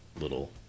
little